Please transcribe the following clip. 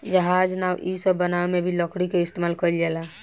जहाज, नाव इ सब बनावे मे भी लकड़ी क इस्तमाल कइल जाला